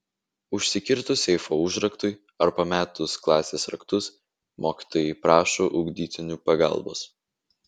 užsikirtus seifo užraktui ar pametus klasės raktus mokytojai prašo ugdytinių pagalbos